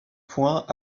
points